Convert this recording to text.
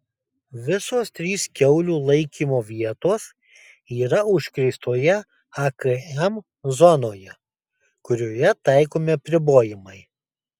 visos trys kiaulių laikymo vietos yra užkrėstoje akm zonoje kurioje taikomi apribojimai